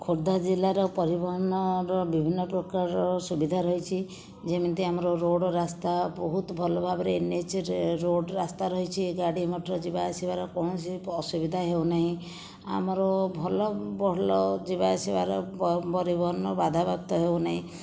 ଖୋର୍ଦ୍ଧା ଜିଲ୍ଲାର ପରିବହନର ବିଭିନ୍ନ ପ୍ରକାରର ସୁବିଧା ରହିଛି ଯେମିତି ଆମର ରୋଡ଼୍ ରାସ୍ତା ବହୁତ ଭଲଭାବରେ ଏନ୍ ଏଚ୍ ରୋଡ଼୍ ରାସ୍ତା ରହିଛି ଏ ଗାଡ଼ି ମୋଟର ଯିବାଆସିବାର କୌଣସି ଅସୁବିଧା ହେଉନାହିଁ ଆମର ଭଲ ଭଲ ଯିବାଆସିବାର ପରିବହନ ବାଧାପ୍ରାପ୍ତ ହେଉନାହିଁ